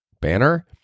Banner